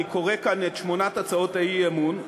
אני קורא כאן את שמונה הצעות האי-אמון,